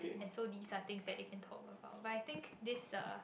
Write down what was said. and so these are things that they can talk about but I think this uh